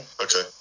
okay